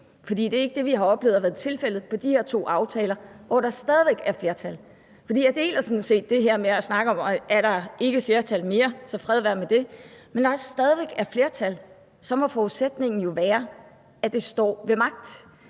for det er ikke det, vi har oplevet være tilfældet med de her to aftaler, hvor der stadig væk er flertal. Jeg deler sådan set det her med at snakke om, at er der ikke flertal mere, så fred være med det, men når der stadig væk er flertal, må forudsætningen jo være, at det står ved magt,